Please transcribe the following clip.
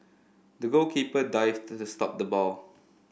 the goalkeeper dived to stop the ball